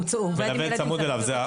מלווה צמוד אליו.